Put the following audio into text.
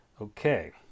Okay